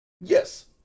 Yes